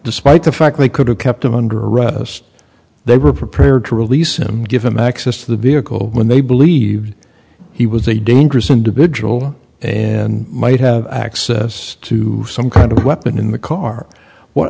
despite the fact they could have kept him under arrest they were prepared to release him give him access to the vehicle when they believe he was a dangerous individual and might have access to some kind of weapon in the car w